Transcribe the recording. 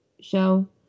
show